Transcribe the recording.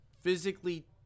physically